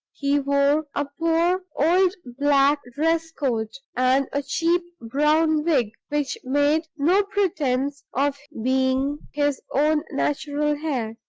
he wore a poor old black dress-coat, and a cheap brown wig, which made no pretense of being his own natural hair.